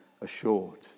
assured